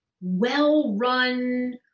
well-run